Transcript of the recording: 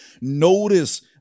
notice